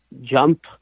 jump